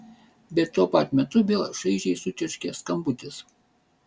bet tuo pat metu vėl šaižiai sučirškė skambutis